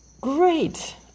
Great